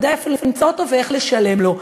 יודע איפה למצוא אותו ואיך לשלם לו.